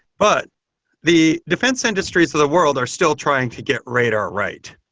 but the defense industries of the world are still trying to get radar right.